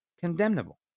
condemnable